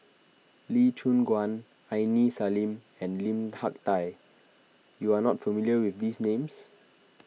Lee Choon Guan Aini Salim and Lim Hak Tai you are not familiar with these names